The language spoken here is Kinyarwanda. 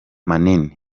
manini